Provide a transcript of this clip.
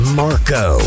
marco